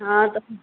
हँ तऽ